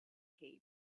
cape